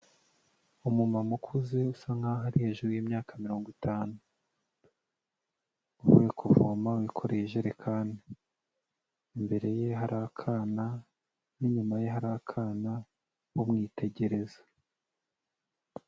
Umumama ukuze usa nkaho ari hejuru y'imyaka mirongo itanu. Uvuye kuvoma wikoreye ijerekani. Imbere ye hari akana n'inyuma ye hari akana bumwitegereza.